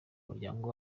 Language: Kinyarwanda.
muryango